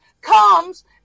comes